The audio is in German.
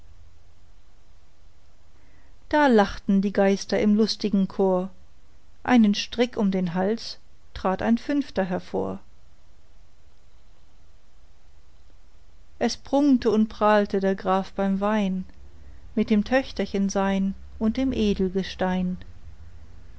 da lachten die geister im lustigen chor einen strick um den hals trat ein fünfter hervor es prunkte und prahlte der graf beim wein mit dem töchterchen sein und dem